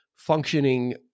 functioning